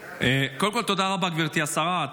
קודם כול, תודה רבה, גברתי השרה.